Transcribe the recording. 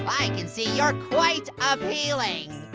i can see you're quite a-peel-ing!